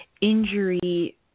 injury